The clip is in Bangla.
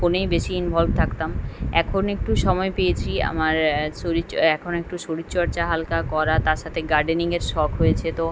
ফোনেই বেশি ইনভলভ থাকতাম এখন একটু সময় পেয়েছি আমার শরীর চ এখন একটু শরীরচর্চা হালকা করা তার সাথে গার্ডেনিংয়ের শখ হয়েছে তো